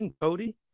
Cody